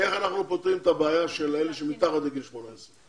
איך אנחנו פותרים את הבעיה של אלה שמתחת לגיל 18?